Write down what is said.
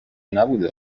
نبوده